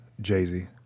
Jay-Z